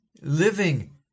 living